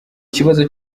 kibazo